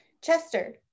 Chester